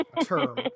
term